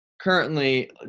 currently